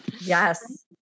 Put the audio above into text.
Yes